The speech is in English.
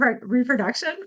reproduction